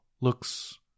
looks